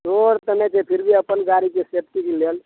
road तऽ नहि देखतै फिर भी अपन गाड़ीके सेफ्टीके लेल